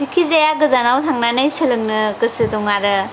जिखिजाया गोजानाव थांनानै सोलोंनो गोसो दं आरो